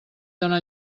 dóna